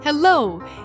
Hello